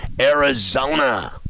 Arizona